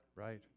Right